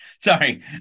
Sorry